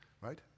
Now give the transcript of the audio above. right